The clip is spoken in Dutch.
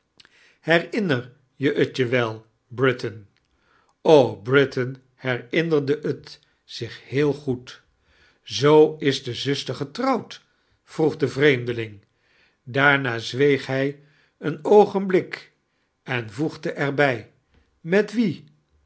je t je wel britain britain herinnerde t zich heel goed zoo is de zusfcer geibrouwd vroeg de vreeeideling daarna zweeg hij een oogenfoiik en voegide er bij met wien